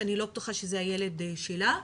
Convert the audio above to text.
שאני לא בטוחה שזה הילד שלה,